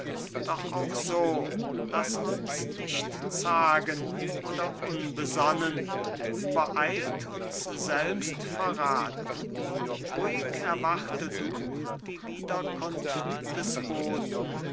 doch auch so laß uns nicht zagen oder unbesonnen und übereilt uns selbst verrathen ruhig erwarte du die wiederkunft des